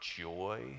joy